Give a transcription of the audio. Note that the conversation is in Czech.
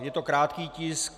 Je to krátký tisk.